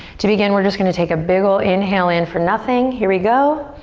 to begin we're just gonna take a big ol' inhale in for nothing. here we go!